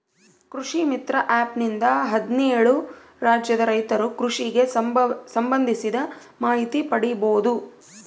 ಕೃಷಿ ಮಿತ್ರ ಆ್ಯಪ್ ನಿಂದ ಹದ್ನೇಳು ರಾಜ್ಯದ ರೈತರು ಕೃಷಿಗೆ ಸಂಭಂದಿಸಿದ ಮಾಹಿತಿ ಪಡೀಬೋದು